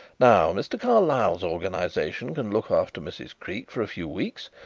now mr. carlyle's organization can look after mrs. creake for a few weeks,